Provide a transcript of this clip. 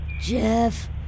Jeff